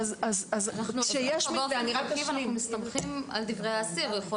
אנחנו מסתמכים על דברי האסיר.